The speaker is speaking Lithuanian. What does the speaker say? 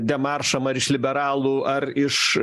demaršam ar iš liberalų ar iš